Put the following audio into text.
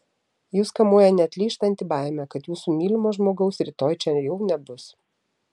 jus kamuoja neatlyžtanti baimė kad jūsų mylimo žmogaus rytoj čia jau nebus